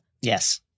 Yes